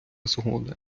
згода